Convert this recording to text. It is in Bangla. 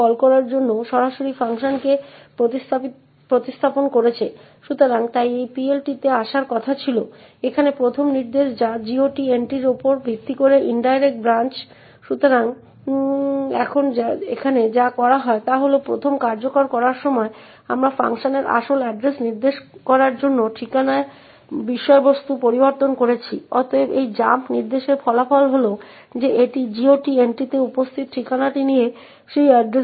প্রাথমিকভাবে দ্বিতীয়টি আমাদের কাছে একটি ফরম্যাট অ্যাট্রিবিউট আছে 54x যা এখানে উপস্থিত যার মূলত অর্থ হল 54টি মান প্রিন্ট করা যেতে পারে